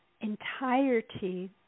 entirety